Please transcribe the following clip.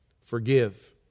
Forgive